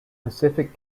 pacific